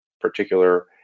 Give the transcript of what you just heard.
particular